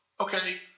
Okay